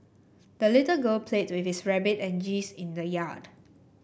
the little girl played with her rabbit and geese in the yard